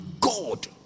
God